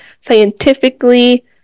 scientifically